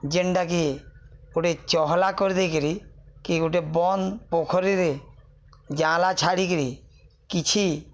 ଯେନ୍ଟାକି ଗୋଟେ ଚହଲା କରିଦେଇକିରି କି ଗୋଟେ ବନ୍ଦ ପୋଖରୀରେ ଜାଁଲା ଛାଡ଼ିକିରି କିଛି